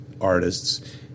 artists